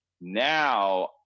Now